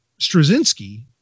Straczynski